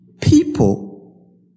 People